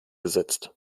gesetzt